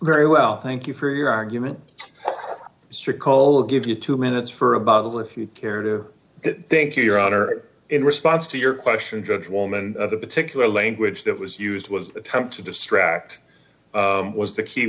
very well thank you for your argument strict color gives you two minutes for a bottle if you care to get thank you your honor in response to your question judge woman the particular language that was used was attempt to distract was the key